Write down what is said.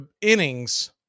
innings